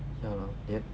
pay a lot yeah